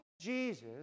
Jesus